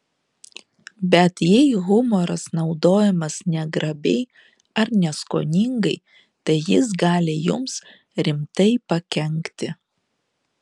bet jei humoras naudojamas negrabiai ar neskoningai tai jis gali jums rimtai pakenkti